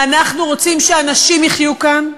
ואנחנו רוצים שאנשים יחיו כאן,